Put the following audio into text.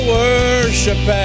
worship